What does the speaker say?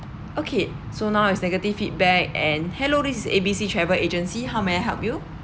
okay so now is negative feedback and hello this is A B C travel agency how may I help you